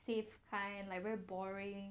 safe kind like very boring